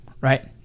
right